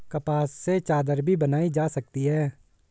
कपास से चादर भी बनाई जा सकती है